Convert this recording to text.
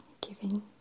giving